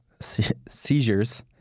Seizures